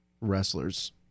wrestlers